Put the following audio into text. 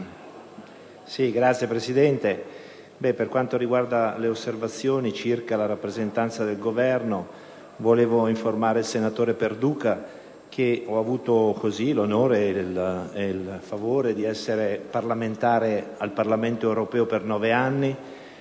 Signor Presidente, per quanto riguarda le osservazioni circa la rappresentanza del Governo, volevo informare il senatore Perduca che ho avuto l'onore ed il favore di essere parlamentare europeo per nove anni,